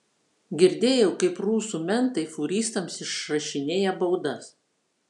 girdėjau kaip rusų mentai fūristams išrašinėja baudas